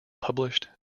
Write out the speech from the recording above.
published